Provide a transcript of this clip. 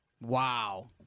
Wow